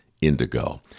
indigo